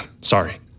sorry